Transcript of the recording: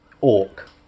ork